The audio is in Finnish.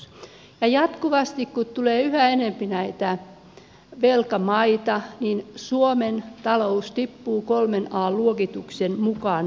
ja jatkuvasti kun tulee yhä enempi näitä velkamaita niin suomen talous tippuu kolmen an luokituksen mukaan huonommaksi